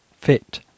fit